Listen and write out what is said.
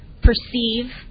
perceive